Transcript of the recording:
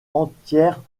entière